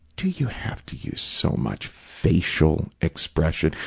do you have to use so much facial expression?